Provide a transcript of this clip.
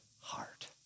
heart